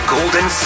Golden